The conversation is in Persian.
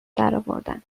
درآوردن